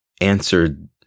answered